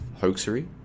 hoaxery